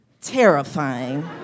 terrifying